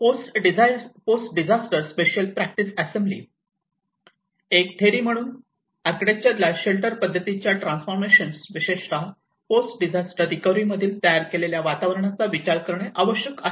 post disaster special practice assembly एक theory म्हणून आर्किटेक्चरला शेल्टर पद्धतीच्या ट्रान्सफॉर्मेशन विशेषत पोस्ट डिझास्टर रिकवरी मधील तयार केलेल्या वातावरणाचा विचार करणे आवश्यक आहे